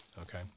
Okay